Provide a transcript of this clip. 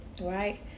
Right